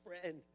friend